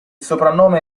soprannome